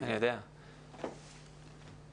אני שמח על הדיון,